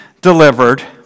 delivered